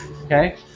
Okay